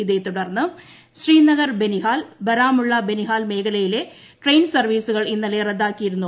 ഇതേ തുടർന്ന് ശ്രീനഗർ ബെനിഹാൽ ബറാമുള്ള ബെനിഹാൽ മേഖലകളിലെ ട്രെയിൻ സർവീസുകളും ഇന്നലെ റദ്ദാക്കിയിരുന്നു